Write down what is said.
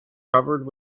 covered